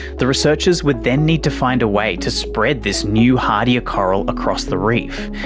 the researchers would then need to find a way to spread this new, hardier coral across the reef,